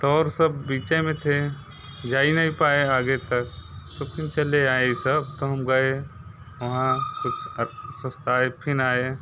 तो और सब बीचे में थे जा ही नहीं पाए आगे तक तो फिर चले आए यह सब तो हम गए वहाँ कुछ सुस्ताए फिर आएँ